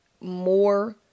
more